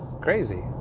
Crazy